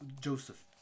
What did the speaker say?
Joseph